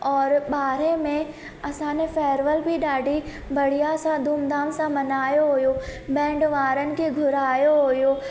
औरि ॿारहं में असांजे फैयरवल बि ॾाढी बढ़िया सां धूम धाम सां मल्हायो हुओ बैंड वारनि खे घुरायो हुओ